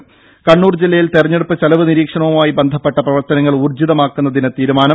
ദേദ കണ്ണൂർ ജില്ലയിൽ തെരഞ്ഞെടുപ്പ് ചെലവ് നിരീക്ഷണവുമായി ബന്ധപ്പെട്ട പ്രവർത്തനങ്ങൾ ഊർജിതമാക്കുന്നതിന് തീരുമാനം